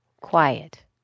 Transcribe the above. quiet